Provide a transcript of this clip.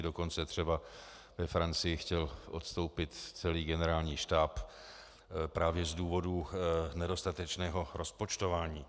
Dokonce třeba ve Francii chtěl odstoupit celý generální štáb právě z důvodu nedostatečného rozpočtování.